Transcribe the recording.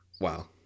Wow